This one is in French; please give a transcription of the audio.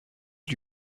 lui